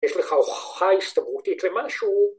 ‫אם יש לך הוכחה הסברותית למשהו...